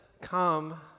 come